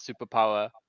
superpower